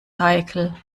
heikel